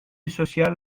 social